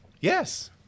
Yes